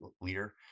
leader